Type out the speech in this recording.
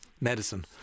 medicine